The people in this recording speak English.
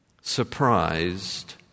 surprised